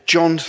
John